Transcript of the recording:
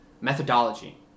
methodology